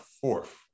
fourth